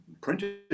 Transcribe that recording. printed